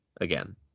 again